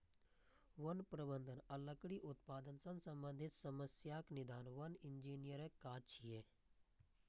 वन प्रबंधन आ लकड़ी उत्पादन सं संबंधित समस्याक निदान वन इंजीनियरक काज छियै